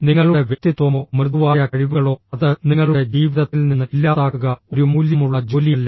നിങ്ങളുടെ വ്യക്തിത്വമോ മൃദുവായ കഴിവുകളോ അത് നിങ്ങളുടെ ജീവിതത്തിൽ നിന്ന് ഇല്ലാതാക്കുക ഒരു മൂല്യമുള്ള ജോലിയല്ല